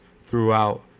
throughout